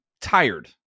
tired